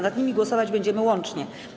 Nad nimi głosować będziemy łącznie.